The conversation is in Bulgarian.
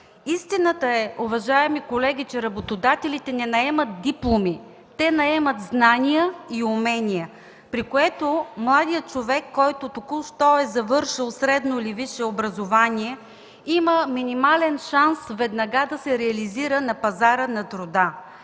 Истината е, уважаеми колеги, че работодателите не наемат дипломи, те наемат знания и умения, при което младият човек, току-що завършил средно или висше образование, има минимален шанс веднага да се реализира на пазара на труда.